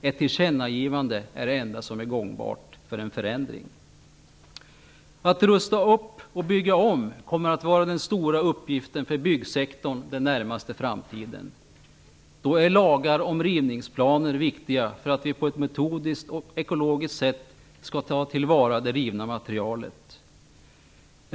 Ett tillkännagivande är det enda som är gångbart för en förändring. Att rusta upp och bygga om kommer att vara den stora uppgiften för byggsektorn den närmaste framtiden. Då är lagar om rivningsplaner viktiga för att vi på ett metodiskt och ekologiskt sätt skall ta till vara det rivna materialet.